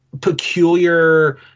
peculiar